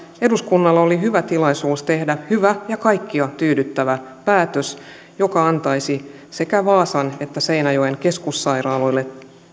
eduskunnalla oli hyvä tilaisuus tehdä hyvä ja kaikkia tyydyttävä päätös joka antaisi sekä vaasan että seinäjoen keskussairaaloille